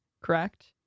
correct